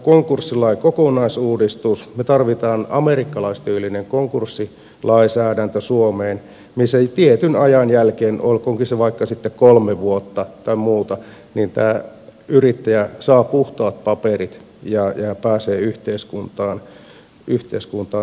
me tarvitsemme konkurssilain kokonaisuudistuksen me tarvitsemme suomeen amerikkalaistyylisen konkurssilainsäädännön missä tietyn ajan jälkeen olkoonkin se vaikka sitten kolme vuotta tai muuta tämä yrittäjä saa puhtaat paperit ja pääsee yhteiskuntaan takaisin